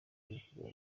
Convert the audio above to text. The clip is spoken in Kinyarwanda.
kubivuga